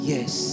Yes